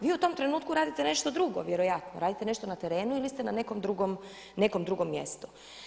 Vi u tom trenutku radite nešto drugo vjerojatno, radite nešto na terenu ili ste na nekom drugom mjestu.